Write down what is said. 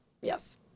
yes